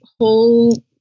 whole